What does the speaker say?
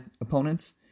opponents